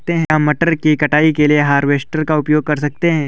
क्या मटर की कटाई के लिए हार्वेस्टर का उपयोग कर सकते हैं?